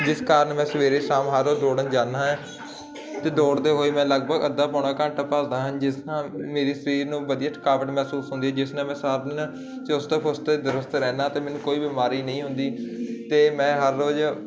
ਜਿਸ ਕਾਰਨ ਮੈਂ ਸਵੇਰੇ ਸ਼ਾਮ ਹਰ ਰੋਜ਼ ਦੌੜਨ ਜਾਂਦਾ ਹਾਂ ਅਤੇ ਦੌੜਦੇ ਹੋਏ ਮੈਂ ਲਗਭਗ ਅੱਧਾ ਪੌਣਾ ਘੰਟਾ ਭੱਜਦਾ ਹਾਂ ਜਿਸ ਨਾਲ ਮੇਰੇ ਸਰੀਰ ਨੂੰ ਵਧੀਆ ਥਕਾਵਟ ਮਹਿਸੂਸ ਹੁੰਦੀ ਜਿਸ ਨਾਲ ਮੈਂ ਸਾਰਾ ਦਿਨ ਚੁਸਤ ਫੁਸਤ ਦਰੁਸਤ ਰਹਿੰਦਾ ਅਤੇ ਮੈਨੂੰ ਕੋਈ ਬਿਮਾਰੀ ਨਹੀਂ ਹੁੰਦੀ ਅਤੇ ਮੈਂ ਹਰ ਰੋਜ਼